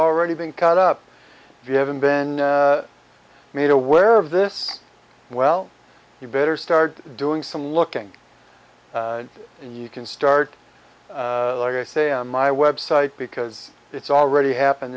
already been cut up the haven't been made aware of this well you better start doing some looking and you can start like i say on my website because it's already happened